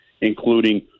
including